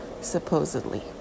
Supposedly